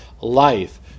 life